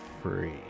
free